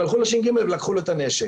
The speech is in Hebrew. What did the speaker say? הם הלכו לש"ג ולקחו לו את הנשק.